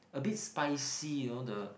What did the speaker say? a bit spicy you know the